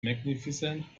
magnificent